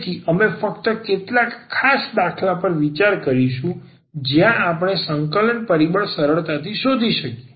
તેથી અમે ફક્ત કેટલાક ખાસ દાખલા પર વિચાર કરીશું જ્યાં આપણે સંકલન પરિબળ સરળતાથી શોધી શકીએ